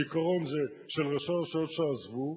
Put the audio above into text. הזיכרון הוא של ראשי רשויות שעזבו.